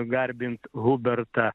garbint hubertą